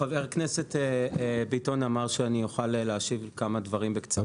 חבר הכנסת ביטון אמר שאני אוכל להשיב לכמה דברים בקצרה.